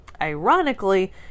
Ironically